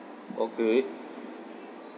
okay